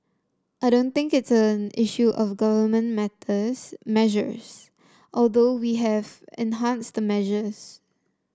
I don't think it is an issue of government methods measures although we have enhanced the measures